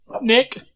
Nick